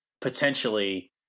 potentially